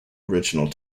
original